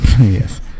Yes